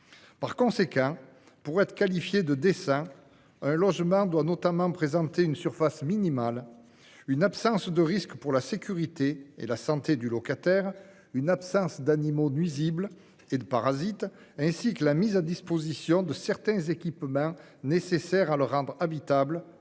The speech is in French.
Par conséquent, pour être qualifié de décent, un logement doit notamment présenter une surface minimale, une absence de risque pour la sécurité et la santé du locataire, une absence d'animaux nuisibles et de parasites, ainsi que la mise à disposition de certains équipements nécessaires à le rendre habitable-